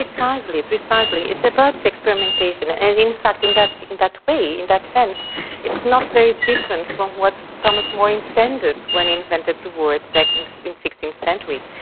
ah precisely, it's about experimentation, and in fact in that that way, in that sense it's not very different from what thomas moore intended when invented the word back in the sixteenth century,